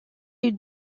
est